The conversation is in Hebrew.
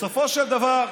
בסופו של דבר,